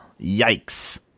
yikes